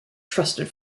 trusted